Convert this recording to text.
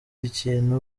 kintu